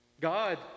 God